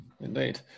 Indeed